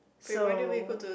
so